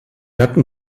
hatten